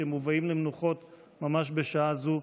שמובאים למנוחות ממש בשעה הזו,